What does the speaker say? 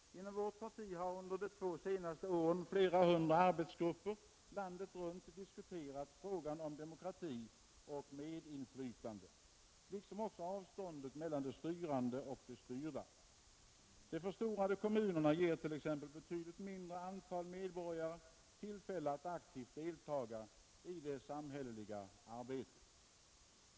Inom vårt parti har under de två senaste åren flera hundra arbetsgrupper landet runt diskuterat frågan om demokrati och medinflytande, liksom också avståndet mellan de styrande och de styrda. De förstorade kommunerna ger t.ex. betydligt mindre antal medborgare tillfälle att aktivt delta i det samhälleliga arbetet.